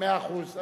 מאה אחוז.